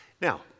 Now